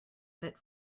fit